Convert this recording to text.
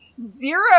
zero